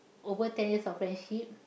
over ten years of friendship